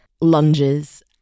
lunges